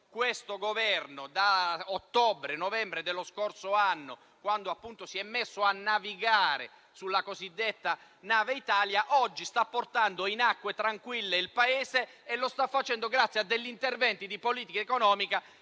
ma il Governo, da ottobre-novembre dello scorso anno, quando si è messo a navigare sulla cosiddetta nave Italia, sta portando il Paese in acque tranquille e lo sta facendo grazie agli interventi di politica economica